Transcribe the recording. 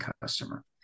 customer